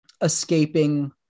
escaping